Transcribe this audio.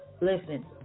Listen